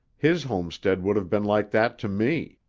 his homestead would have been like that to me.